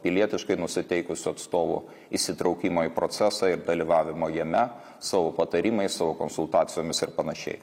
pilietiškai nusiteikusių atstovų įsitraukimo į procesą ir dalyvavimo jame savo patarimais savo konsultacijomis ir panašiai